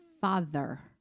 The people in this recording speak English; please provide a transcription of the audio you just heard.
father